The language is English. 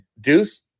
Deuce